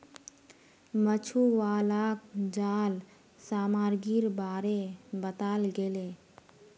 मछुवालाक जाल सामग्रीर बारे बताल गेले